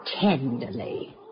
tenderly